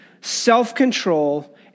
self-control